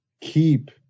keep